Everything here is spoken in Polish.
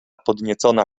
podniecona